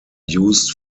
used